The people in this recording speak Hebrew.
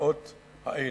הקביעות האלה.